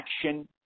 action